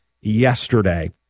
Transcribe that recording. yesterday